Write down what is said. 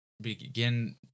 Begin